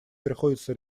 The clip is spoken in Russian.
приходится